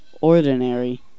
ordinary